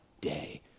day